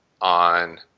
on